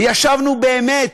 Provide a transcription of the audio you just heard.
ישבנו, באמת,